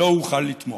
לא אוכל לתמוך.